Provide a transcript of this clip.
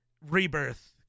Rebirth